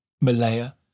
Malaya